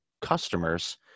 customers